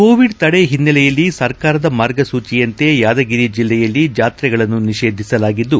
Covid ತಡೆ ಹಿನ್ನೆಲೆಯಲ್ಲಿ ಸರ್ಕಾರದ ಮಾರ್ಗಸೂಚಿಯಂತೆ ಯಾದಗಿರಿ ಜಿಲ್ಲೆಯ ಜಾತ್ರೆಗಳನ್ನು ನಿಷೇಧಿಸಲಾಗಿದ್ದು